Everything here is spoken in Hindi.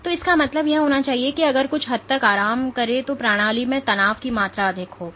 तो इसका मतलब यह होना चाहिए कि अगर कुछ हद तक आराम करना चाहिए तो प्रणाली में तनाव की मात्रा अधिक थी